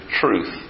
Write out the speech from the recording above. truth